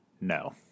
no